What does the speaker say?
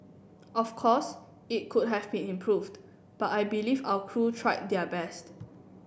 of course it could have been improved but I believe our crew tried their best